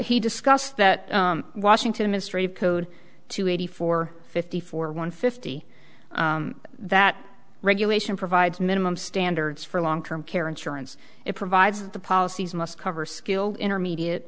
he discussed that washington ministry of code two eighty four fifty four one fifty that regulation provides minimum standards for long term care insurance it provides the policies must cover skilled intermediate